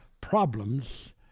problems